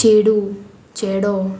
चेडू चेडो